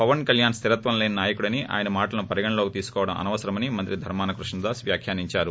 పవన్ కళ్యాణ్ స్థిరత్వం లేని నాయకుడని ఆయన మాటలను పరిగణనలోకి తీసుకోవడం అనవసరమని మంత్రి ధర్మాన కృష్ణదాస్ వ్యాఖ్యానించారు